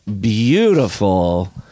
beautiful